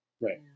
right